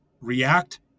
react